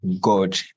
God